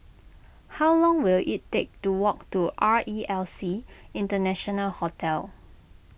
how long will it take to walk to R E L C International Hotel